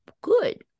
good